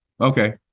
Okay